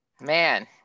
Man